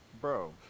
bro